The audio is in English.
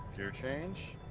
gear change.